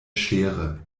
schere